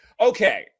Okay